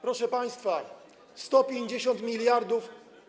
Proszę państwa, [[Gwar na sali, dzwonek]] 150 mld.